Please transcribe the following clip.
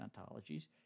ontologies